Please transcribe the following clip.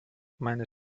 meine